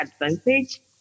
advantage